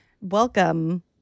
Welcome